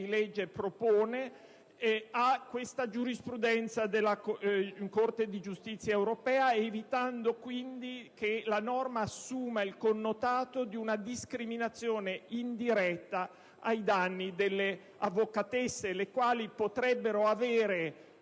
legge a questa giurisprudenza della Corte di giustizia europea, evitando che la norma assuma il connotato di una discriminazione indiretta ai danni delle avvocate, le quali potrebbero avere